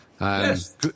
Yes